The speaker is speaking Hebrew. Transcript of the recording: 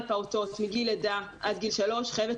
על פעוטות מגיל לידה עד גיל שלוש חייבת